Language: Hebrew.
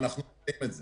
ואנחנו רואים את זה.